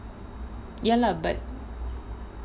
ya lah but